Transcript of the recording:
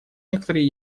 некоторые